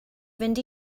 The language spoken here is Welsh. fynd